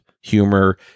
humor